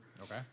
Okay